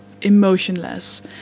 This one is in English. emotionless